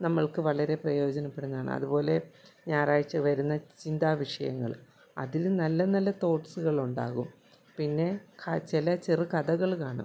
നമ്മൾക്ക് വളരെ പ്രയോജനപ്പെടുന്നതാണ് അതുപോലെ ഞായറാഴ്ച വരുന്ന ചിന്താവിഷയങ്ങൾ അതിൽ നല്ല നല്ല തോട്ട്സുകളുണ്ടാകും പിന്നെ ചില ചെറുകഥകൾ കാണും